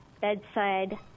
bedside